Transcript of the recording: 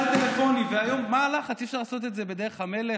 הביאו את זה לאישור טלפוני בממשלה.